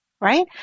right